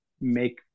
make